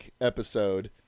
episode